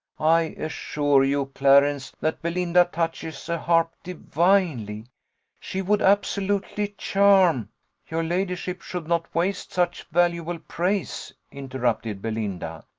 i assure you, clarence, that belinda touches a harp divinely she would absolutely charm your ladyship should not waste such valuable praise, interrupted belinda.